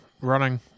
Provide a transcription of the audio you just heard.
running